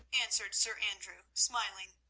answered sir andrew, smiling.